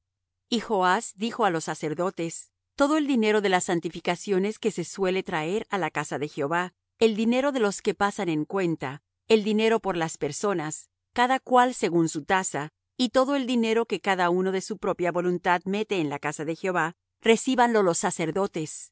y joas dijo á los sacerdotes todo el dinero de las santificaciones que se suele traer á la casa de jehová el dinero de los que pasan en cuenta el dinero por las personas cada cual según su tasa y todo el dinero que cada uno de su propia voluntad mete en la casa de jehová recíbanlo los sacerdotes